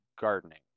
gardening